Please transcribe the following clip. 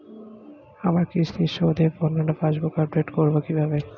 আমার কিস্তি শোধে বর্ণনা পাসবুক আপডেট করব কিভাবে?